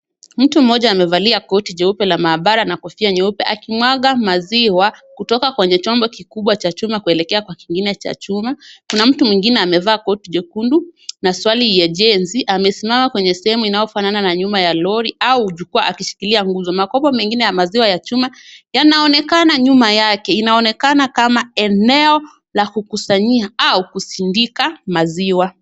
Mtu mmoja amevalia koti jeupe la maabara na kofia nyeupe akimwaga maziwa kutoka kwenye chombo kikubwa cha chuma kuelekea kwa kingine cha chuma. Kuna mtu mwingine amevaa koti jekundu na swali ya JNC amesimama kwenye sehemu inayofanana nyuma ya lori au jukwaa akishikilia nguzo. Makopo mengine ya maziwa ya chuma yanaonekana nyuma yake. Inaonekana kama eneo la kukusanyia au kusindika maziwa.